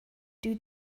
due